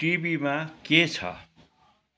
टिभीमा के छ